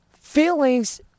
Feelings